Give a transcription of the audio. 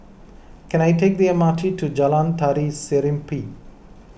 can I take the M R T to Jalan Tari Serimpi